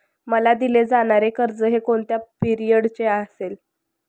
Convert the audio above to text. मला दिले जाणारे कर्ज हे कोणत्या पिरियडचे असेल?